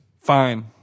Fine